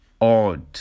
odd